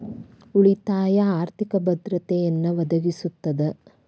ಉಳಿತಾಯ ಆರ್ಥಿಕ ಭದ್ರತೆಯನ್ನ ಒದಗಿಸ್ತದ